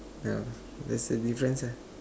no there is a defence eh